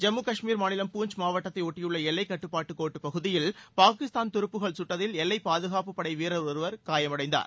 ஜம்மு காஷ்மீர் மாநிலம் பூஞ்ச் மாவட்டத்தை ஒட்டியுள்ள எல்லைக் கட்டுப்பாட்டு கோட்டுப் பகுதியில் பாகிஸ்தான் துருப்புகள் சுட்டதில் எல்லைப் பாதுகாப்புப்படை வீரர் ஒருவர் படுகாயமடைந்தார்